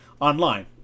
online